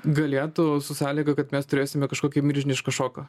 galėtų su sąlyga kad mes turėsime kažkokį milžinišką šoką